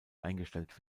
eingestellt